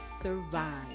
survive